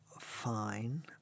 fine